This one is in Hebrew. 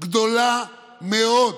גדולה מאוד.